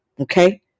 Okay